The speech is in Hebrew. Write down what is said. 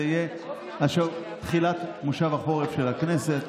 זה יהיה תחילת מושב החורף של הכנסת,